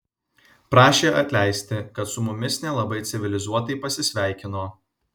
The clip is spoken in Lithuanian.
prašė atleisti kad su mumis nelabai civilizuotai pasisveikino